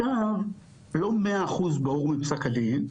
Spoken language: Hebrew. עכשיו לא מאה אחוז ברור מפסק הדין,